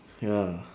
ya